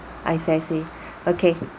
I see I see okay